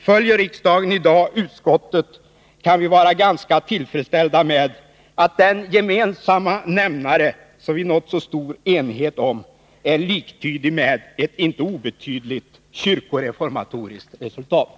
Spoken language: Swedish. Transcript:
Följer riksdagen i dag utskottet, kan vi vara ganska tillfredsställda med att den gemensamma nämnare som vi nått så stor enighet om är liktydig med ett inte obetydligt kyrkoreformatoriskt resultat.